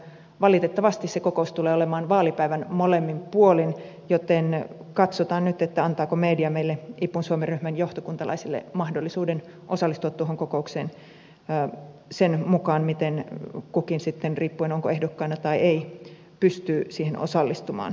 valitettavasti se kokous tulee olemaan vaalipäivän molemmin puolin joten katsotaan nyt antaako media meille ipun suomen ryhmän johtokuntalaisille mahdollisuuden osallistua tuohon kokoukseen sen mukaan miten kukin sitten riippuen onko ehdokkaana tai ei pystyy siihen osallistumaan